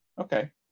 Okay